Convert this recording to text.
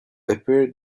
appeared